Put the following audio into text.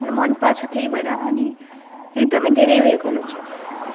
मलाई मनपर्छ त्यही भएर अनि एकदमै धेरै उयो गर्नु छ